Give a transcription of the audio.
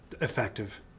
effective